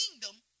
kingdom